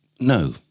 No